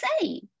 say